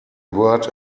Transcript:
word